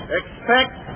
expect